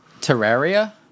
Terraria